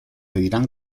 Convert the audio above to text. dirán